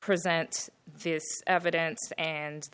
present the evidence and the